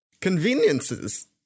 Conveniences